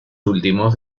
últimos